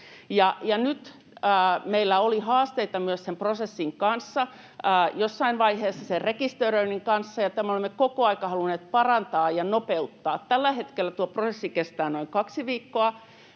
Meillä oli haasteita myös sen prosessin kanssa jossain vaiheessa, sen rekisteröinnin kanssa, ja tätä me olemme koko aika halunneet parantaa ja nopeuttaa. Tällä hetkellä tuo prosessi kestää noin kaksi viikkoa.